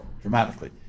dramatically